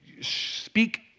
speak